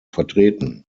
vertreten